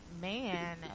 man